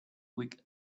with